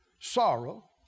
sorrow